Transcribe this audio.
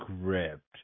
script